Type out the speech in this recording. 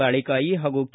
ಬಾಳಿಕಾಯಿ ಹಾಗೂ ಕೆ